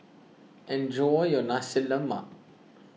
enjoy your Nasi Lemak